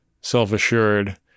self-assured